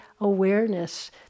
awareness